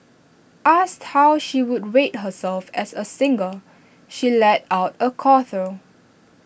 asked how she would rate herself as A singer she lets out A chortle